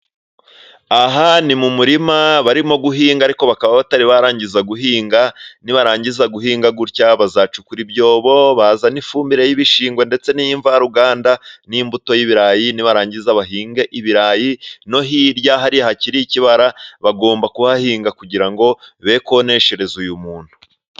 Aha ni mu murima barimo guhinga ariko bakaba batari barangiza guhinga, nibarangiza guhinga gutya bazacukura ibyobo, bazane ifumbire y'ibishingwe, ndetse n'iy'imvaruganda, n'imbuto y'ibirayi, nibarangiza bahinge ibirayi, no hirya hariya hakiri ikibara bagomba kuhahinga, kugira ngo be koneshereza uyu muntu.